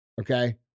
okay